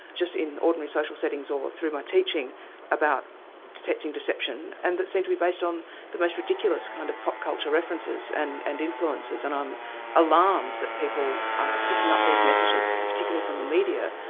just in ordinary social settings or through my teaching about detecting deception and that seem to be based on the most ridiculous kind of pop culture references and and influences, and i'm alarmed that people are picking up these messages, particularly from the media,